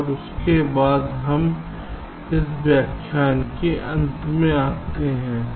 तो इसके साथ हम इस व्याख्यान के अंत में आते हैं